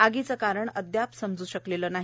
आगीचं कारण अदयाप समजू शकलं नाही